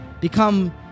become